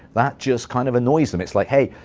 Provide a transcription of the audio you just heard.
that just kind of annoys them. it's like, hey,